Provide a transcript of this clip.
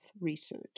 research